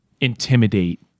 intimidate